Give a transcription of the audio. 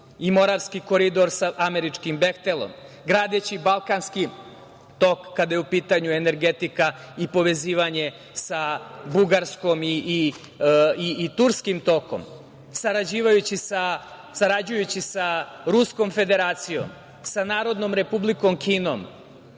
i Moravski koridor sa američkim „Behtelom“, gradeći Balkanski tok kada je u pitanju energetika i povezivanje sa Bugarskom i Turskim tokom, sarađujući sa Ruskom Federacijom, sa narodnom Republikom Kinom,